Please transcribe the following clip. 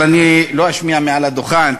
אבל אני לא אשמיע מעל הדוכן,